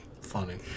funny